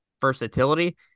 versatility